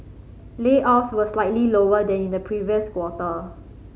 layoffs were slightly lower than in the previous quarter